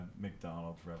McDonald's